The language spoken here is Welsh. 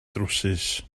drywsus